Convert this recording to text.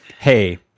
hey